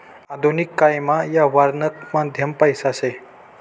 आधुनिक कायमा यवहारनं माध्यम पैसा शे